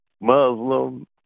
Muslim